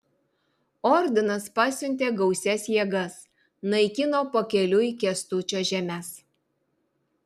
ordinas pasiuntė gausias jėgas naikino pakeliui kęstučio žemes